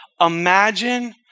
Imagine